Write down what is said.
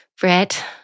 Brett